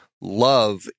love